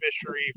fishery